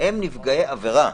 נפגעי עבירה,